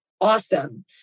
awesome